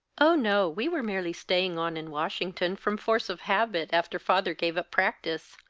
oh no. we were merely staying on in washington from force of habit, after father gave up practice.